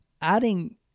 adding